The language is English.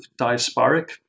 diasporic